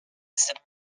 cette